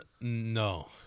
No